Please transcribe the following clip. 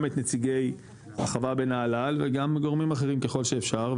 גם את נציגי החווה בנהלל וגם גורמים אחרים ככל שאפשר,